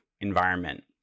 environment